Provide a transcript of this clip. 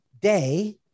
day